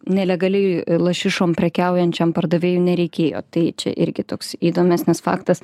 nelegaliai lašišom prekiaujančiam pardavėjui nereikėjo tai čia irgi toks įdomesnis faktas